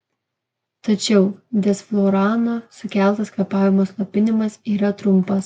tačiau desflurano sukeltas kvėpavimo slopinimas yra trumpas